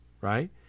right